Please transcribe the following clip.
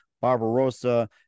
Barbarossa